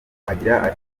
agira